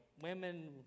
women